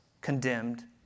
condemned